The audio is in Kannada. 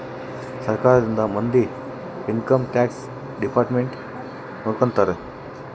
ಸರ್ಕಾರದ ಮಂದಿ ಇನ್ಕಮ್ ಟ್ಯಾಕ್ಸ್ ಡಿಪಾರ್ಟ್ಮೆಂಟ್ ನೊಡ್ಕೋತರ